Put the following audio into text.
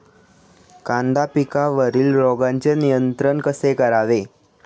कांदा पिकावरील रोगांचे नियंत्रण कसे करावे?